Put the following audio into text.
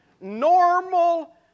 normal